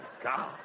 God